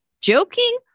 joking